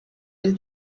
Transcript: will